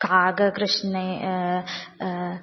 काककृष्णे